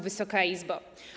Wysoka Izbo!